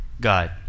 God